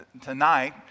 tonight